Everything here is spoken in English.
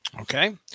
Okay